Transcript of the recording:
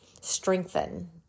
strengthen